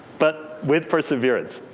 but with perseverance.